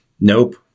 nope